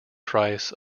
christ